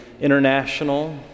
International